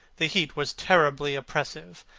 the heat was terribly oppressive,